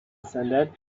descended